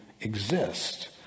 exist